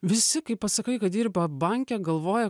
visi kai pasakai kad dirba banke galvoja